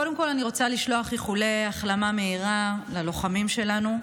קודם כול אני רוצה לשלוח איחולי החלמה מהירה ללוחמים שלנו.